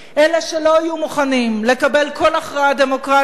אלה שלא יהיו מוכנים לקבל כל הכרעה דמוקרטית,